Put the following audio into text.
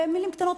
במלים קטנות,